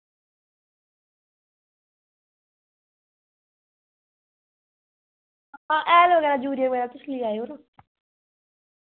हां हैले दा यूरिया दा तुस लेई आएओ ना